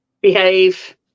Behave